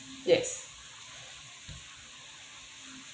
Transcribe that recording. yes